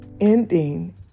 ending